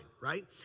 right